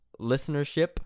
listenership